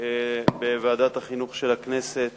בוועדת החינוך של הכנסת